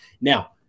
Now